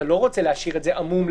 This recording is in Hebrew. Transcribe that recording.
להשאיר את זה עמום.